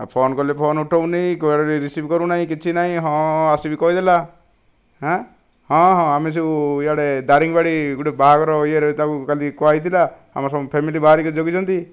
phone କଲେ phone ଉଠାଉନି କୁଆଡ଼େ ରିସିଭ୍ କରୁନାହିଁ କିଛି ନାହିଁ ହଁ ହଁ ଆସିବି କହିଦେଲା ହେଁ ହଁ ହଁ ଆମେ ସବୁ ଇଆଡ଼େ ଦାରିଙ୍ଗବାଡ଼ି ଗୋଟିଏ ବାହାଘର ୟେରେ ତାକୁ କାଲି କୁହା ହୋଇଥିଲା ଆମ ସବୁ ଫ୍ୟାମିଲି ବାହରିକି ଜଗିଛନ୍ତି